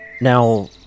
Now